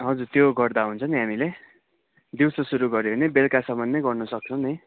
हजुर त्यो गर्दा हुन्छ नि हामीले दिउँसो सुरु गऱ्यो भने बेलुकासम्म नै गर्नु सक्छौँ नि